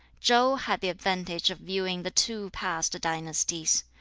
chau had the advantage of viewing the two past dynasties.